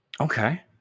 Okay